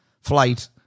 flight